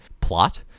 plot